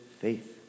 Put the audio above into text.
faith